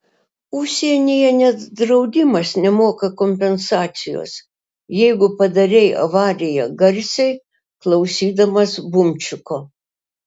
užsienyje net draudimas nemoka kompensacijos jeigu padarei avariją garsiai klausydamas bumčiko